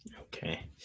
Okay